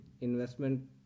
investment